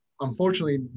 unfortunately